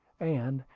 and,